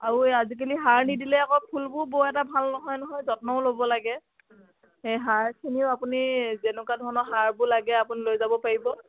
আৰু এই আজিকালি সাৰ নিদিলে আকৌ ফুলবোৰ বৰ এটা ভাল নহয় নহয় যত্নও ল'ব লাগে সেই সাৰখিনিও আপুনি যেনেকুৱা ধৰণৰ সাৰবোৰ লাগে আপুনি লৈ যাব পাৰিব